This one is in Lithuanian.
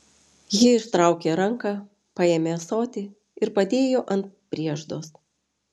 ji ištraukė ranką paėmė ąsotį ir padėjo ant prieždos